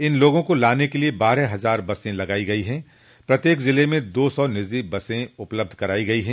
इन लोगों को लाने के लिये बारह हजार बसें लगाई गई है प्रत्येक जिले में दो सौ निजो बसें उपलब्ध कराई गई है